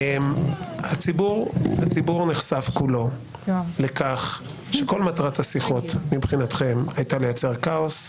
הציבור נחשף כולו לכך שכל מטרת השיחות מבחינתכם הייתה לייצר כאוס.